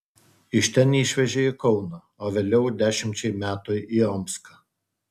iš ten išvežė į kauną o vėliau dešimčiai metų į omską